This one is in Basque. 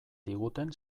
diguten